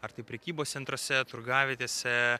ar tai prekybos centruose turgavietėse